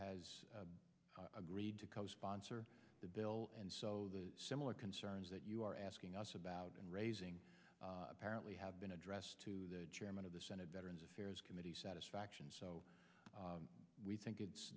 has agreed to co sponsor the bill and so similar concerns that you are asking us about and raising apparently have been addressed to the chairman of the senate veterans affairs committee satisfaction so we think